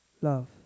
Love